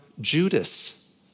Judas